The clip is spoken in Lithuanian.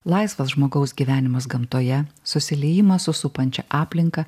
laisvas žmogaus gyvenimas gamtoje susiliejimas su supančia aplinka